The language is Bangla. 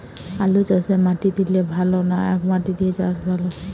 আলুচাষে মাটি দিলে ভালো না একমাটি দিয়ে চাষ ভালো?